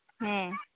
ᱦᱮᱸ